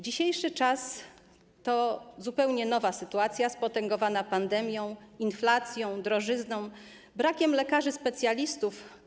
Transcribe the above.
Dzisiejszy czas to zupełnie nowa sytuacja, spotęgowana pandemią, inflacją, drożyzną, brakiem lekarzy specjalistów.